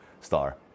Star